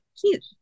Cute